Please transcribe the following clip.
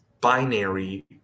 binary